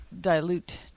dilute